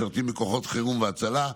משרתים בכוחות החירום וההצלה,